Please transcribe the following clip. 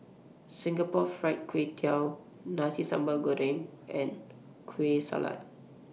Singapore Fried Kway Tiao Nasi Sambal Goreng and Kueh Salat